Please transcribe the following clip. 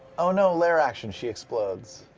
oh no, lair action, she explodes.